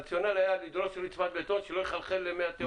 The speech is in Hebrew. הרציונל היה לדרוש רצפת בטון כדי שלא יחלחל למי התהום.